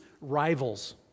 rivals